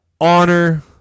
honor